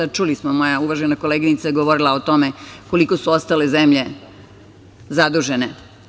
Čuli smo, moja uvažena koleginica je govorila o tome, koliko su ostale zemlje zadužene.